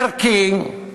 ערכי,